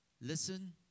Listen